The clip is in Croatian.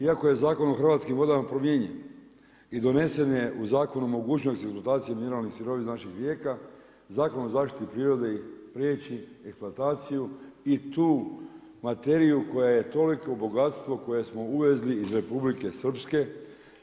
Iako je Zakon o hrvatskim vodama promijenjen i donesen je u zakonu mogućnost eksploatacije mineralnih sirovina naših rijeka, Zakon o zaštiti prirode im priječi eksploataciju i tu materiju koja je toliko bogatstvo koje smo uvezli iz Republike Srpske,